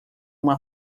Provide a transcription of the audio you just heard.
uma